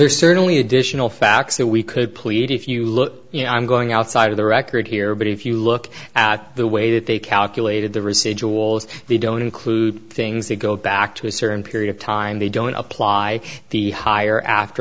there certainly additional facts that we could plead if you look you know i'm going outside of the record here but if you look at the way that they calculated the residuals they don't include things that go back to a certain period of time they don't apply the higher after